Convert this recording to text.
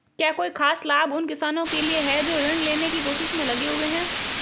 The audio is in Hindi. क्या कोई खास लाभ उन किसानों के लिए हैं जो ऋृण लेने की कोशिश में लगे हुए हैं?